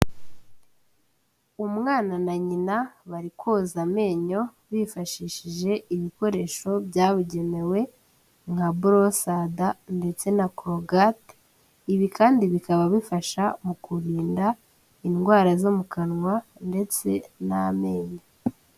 Umwana na nyina bari koza amenyo bifashishije ibikoresho byabugenewe nka borosada, ndetse na korogate, ibi kandi bikaba bifasha mu kurinda indwara zo mu kanwa ndetse n'amenyo.